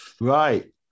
Right